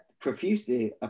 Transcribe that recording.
profusely